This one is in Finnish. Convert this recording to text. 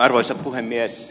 arvoisa puhemies